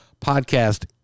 podcast